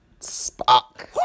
spock